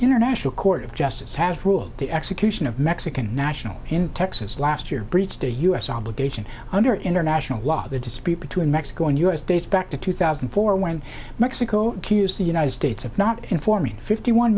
international court of justice has ruled the execution of mexican nationals in texas last year breached a u s obligation under international law the dispute between mexico and u s dates back to two thousand and four when mexico cuse the united states of not informing fifty one